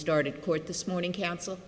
started court this morning counsel